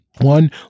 One